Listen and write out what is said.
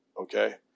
okay